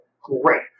Great